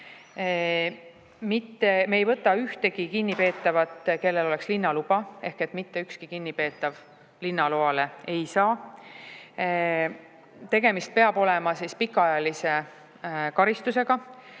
Me ei võta ühtegi kinnipeetavat, kellel oleks linnaluba. Mitte ükski kinnipeetav linnaluba ei saa. Tegemist peab olema pikaajalise karistusega.